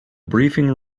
briefing